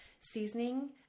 seasoning